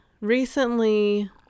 recently